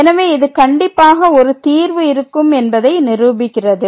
எனவே இது கண்டிப்பாக ஒரு தீர்வு இருக்கும் என்பதை நிரூபிக்கிறது